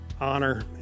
honor